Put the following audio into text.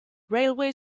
railway